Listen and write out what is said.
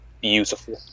beautiful